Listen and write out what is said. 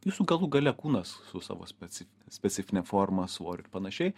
jūsų galų gale kūnas su savo speci specifine forma svoriu ir panašiai